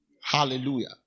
Hallelujah